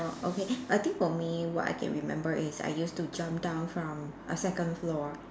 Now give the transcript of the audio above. okay I think for me what I can remember is I used to jump down from a second floor